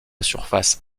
surface